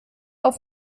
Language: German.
auf